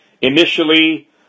Initially